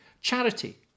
Charity